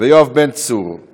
ויואב בן צור.